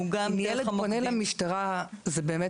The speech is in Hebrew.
גם דרך המוקדים --- אם ילד פונה למשטרה זה באמת